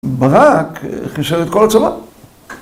ברק חיסל את כל הצבא